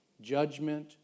judgment